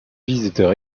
visiteurs